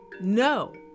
No